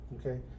Okay